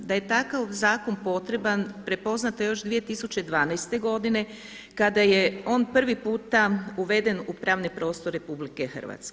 Da je takav zakon potreban prepoznato je još 2012. godine kada je on prvi puta uveden u pravni prostor RH.